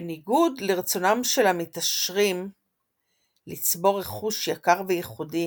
כניגוד לרצונם של המתעשרים לצבור רכוש יקר ויחודי,